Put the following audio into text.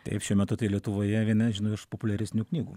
taip šiuo metu tai lietuvoje viena iš populiaresnių knygų